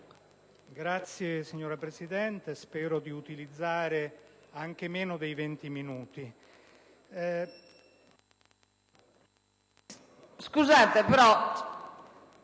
Signora Presidente, spero di utilizzare anche meno dei venti minuti